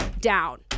down